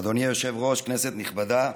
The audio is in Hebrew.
אדוני היושב-ראש, כנסת נכבדה,